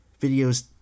videos